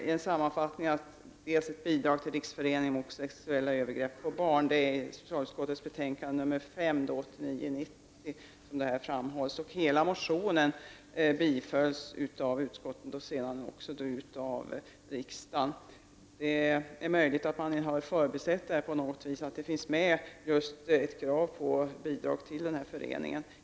I en sammanfattning på s. 23 i socialutskottets betänkande 1989/90:SoUS står det att motionärerna hemställt om ett tillkännagivande bl.a. när det gäller bidrag till Riksföreningen mot sexuella övergrepp på barn. Motionen tillstyrktes av utskottet och bifölls senare av riksdagen. Det är möjligt att detta krav på ett bidrag till föreningen har förbisetts på något vis.